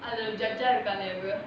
அது:athu judge ah இருக்காளே இவ:irukaalae iva